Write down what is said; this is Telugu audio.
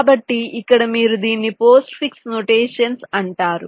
కాబట్టి ఇక్కడ మీరు దీన్ని పోస్ట్ఫిక్స్ నొటేషన్స్ అంటారు